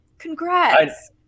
Congrats